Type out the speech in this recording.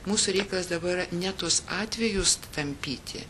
mūsų reikalas dabar ne tuos atvejus tampyti